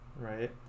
right